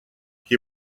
qui